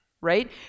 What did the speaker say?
right